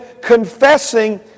confessing